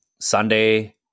Sunday